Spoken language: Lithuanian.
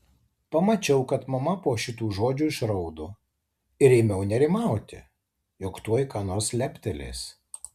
pamačiau kad mama po šitų žodžių išraudo ir ėmiau nerimauti jog tuoj ką nors leptelės